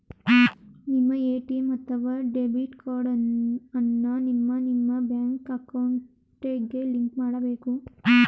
ನಿಮ್ಮ ಎ.ಟಿ.ಎಂ ಅಥವಾ debit card ಅನ್ನ ನಿಮ್ಮ ನಿಮ್ಮ ಬ್ಯಾಂಕ್ ಅಕೌಂಟ್ಗೆ ಲಿಂಕ್ ಮಾಡಬೇಕು